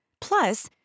Plus